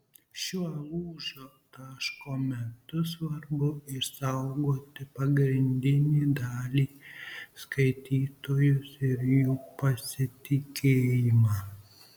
šiuo lūžio taško metu svarbu išsaugoti pagrindinį dalį skaitytojus ir jų pasitikėjimą